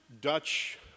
Dutch